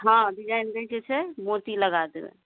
हँ डिजाइन दैके छै मोती लगाके